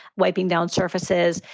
wiping down surfaces.